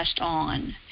on